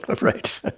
right